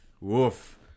woof